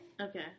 Okay